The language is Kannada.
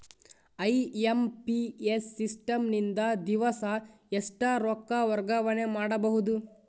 ಐ.ಎಂ.ಪಿ.ಎಸ್ ಸಿಸ್ಟಮ್ ನಿಂದ ದಿವಸಾ ಎಷ್ಟ ರೊಕ್ಕ ವರ್ಗಾವಣೆ ಮಾಡಬಹುದು?